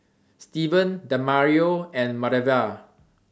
Steven Demario and Marva